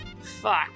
Fuck